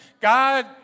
God